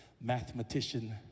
mathematician